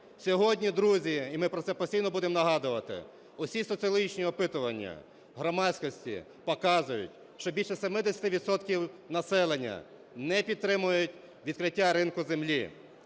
Сьогодні, друзі, і ми про це постійно будемо нагадувати, усі соціологічні опитування громадськості показують, що більше 70 відсотків населення не підтримують відкриття ринку землі.